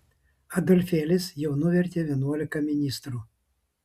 adolfėlis jau nuvertė vienuolika ministrų